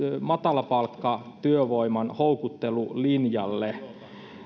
matalapalkkatyövoiman houkuttelulinjalle